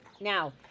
Now